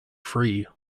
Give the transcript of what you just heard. free